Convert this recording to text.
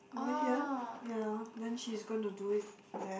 over here ya then she's gonna do it there